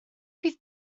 fydd